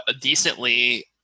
decently